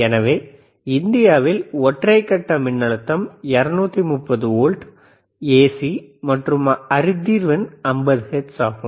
எனவே இந்தியாவில் ஒற்றை கட்ட மின்னழுத்தம் 230 வோல்ட் ஏசி மற்றும் வரி அதிர்வெண் 50 ஹெர்ட்ஸ் ஆகும்